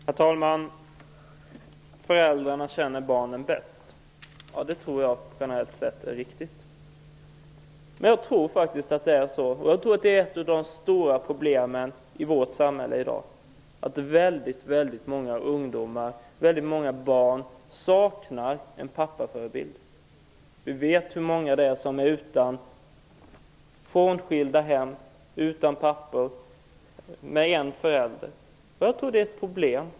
Herr talman! Föräldrarna känner barnen bäst. Det tror jag generellt sett är riktigt. Men ett av de stora problemen i vårt samhälle i dag tror jag faktiskt är att många ungdomar och många barn saknar en pappaförebild. Vi vet hur många det är som är utan pappa, i hem med frånskilda föräldrar, med en förälder. Jag tror att det är ett problem.